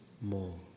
more